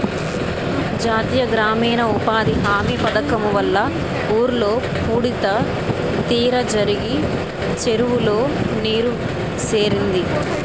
జాతీయ గ్రామీణ ఉపాధి హామీ పధకము వల్ల ఊర్లో పూడిక తీత జరిగి చెరువులో నీరు సేరింది